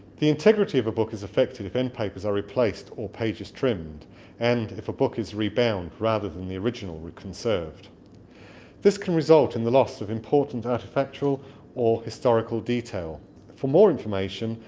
the integrity of a book is affected if endpapers are replaced, or pages trimmed and if a book is rebound rather than the original conserved this can result in the loss of important artifactual or historical detail for more information,